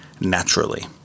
naturally